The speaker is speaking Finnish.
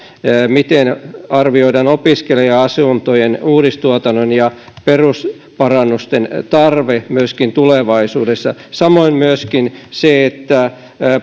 miten arvioidaan opiskelija asuntojen uudistuotannon ja perusparannusten tarve myöskin tulevaisuudessa samoin myöskin siihen että